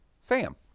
Sam